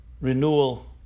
renewal